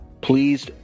Please